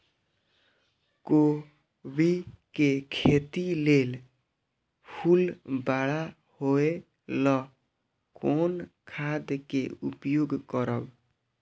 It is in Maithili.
कोबी के खेती लेल फुल बड़ा होय ल कोन खाद के उपयोग करब?